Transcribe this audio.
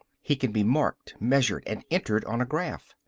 he can be marked, measured and entered on a graph.